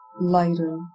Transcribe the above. lighter